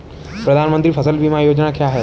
प्रधानमंत्री फसल बीमा योजना क्या है?